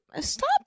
Stop